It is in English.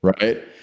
Right